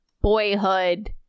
Boyhood